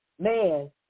man